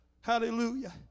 Hallelujah